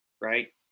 right